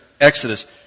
Exodus